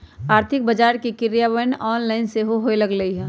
आर्थिक बजार के क्रियान्वयन ऑनलाइन सेहो होय लगलइ ह